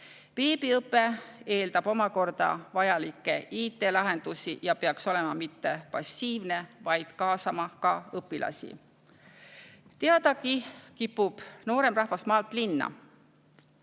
Veebiõpe eeldab omakorda vajalikke IT-lahendusi ja peaks olema mitte passiivne, vaid kaasama ka õpilasi. Teadagi kipub noorem rahvas maalt linna.